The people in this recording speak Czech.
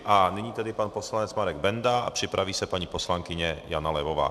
A nyní tedy pan poslanec Marek Benda a připraví se paní poslankyně Jana Levová.